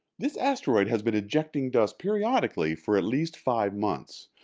this asteroid has been ejecting dust periodically for at least five months.